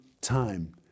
time